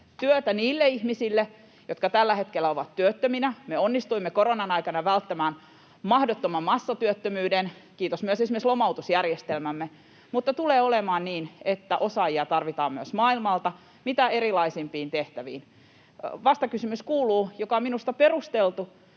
työtä niille ihmisille, jotka tällä hetkellä ovat työttöminä — ja me onnistuimme koronan aikana välttämään mahdottoman massatyöttömyyden, kiitos myös esimerkiksi lomautusjärjestelmämme — mutta tulee olemaan niin, että osaajia tarvitaan myös maailmalta mitä erilaisimpiin tehtäviin. Vastakysymys — joka on minusta perusteltu